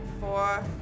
four